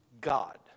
God